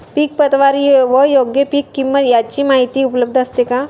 पीक प्रतवारी व योग्य पीक किंमत यांची माहिती उपलब्ध असते का?